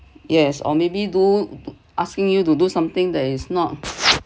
yes or maybe do asking you to do something that is not